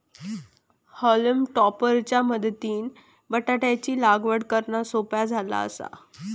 हॉलम टॉपर च्या मदतीनं बटाटयाची लागवड करना सोप्या झाला आसा